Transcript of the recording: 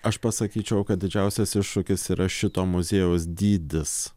aš pasakyčiau kad didžiausias iššūkis yra šito muziejaus dydis